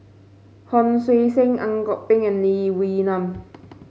Hon Sui Sen Ang Kok Peng and Lee Wee Nam